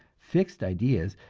fixed ideas,